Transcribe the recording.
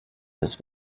this